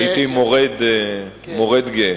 הייתי מורד גאה.